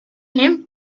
him